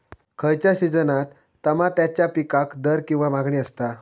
खयच्या सिजनात तमात्याच्या पीकाक दर किंवा मागणी आसता?